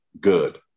good